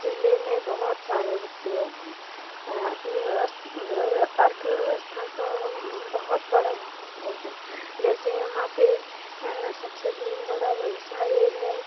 ज़िले में बहुत सारे उद्योग हैं अपनी अर्थव्यवस्था का बहुत बड़ा महत्वपूर्ण हैं जैसे यहाँ पर सबसे बड़ा व्यवसाय यह है